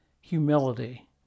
humility